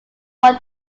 one